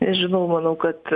nežinau manau kad